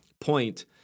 point